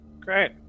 Great